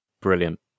Brilliant